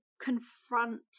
confront